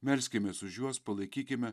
melskimės už juos palaikykime